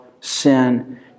sin